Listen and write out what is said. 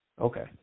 Okay